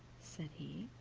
said he,